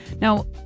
Now